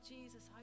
Jesus